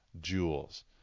jewels